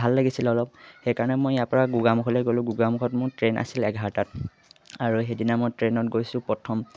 ভাল লাগিছিলে অলপ সেইকাৰণে মই ইয়াৰপৰা গোগামুখলৈ গ'লোঁ গোগামুখত মোৰ ট্ৰেইন আছিল এঘাৰটাত আৰু সেইদিনা মই ট্ৰেইনত গৈছোঁ প্ৰথম